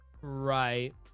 Right